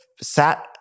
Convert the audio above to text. sat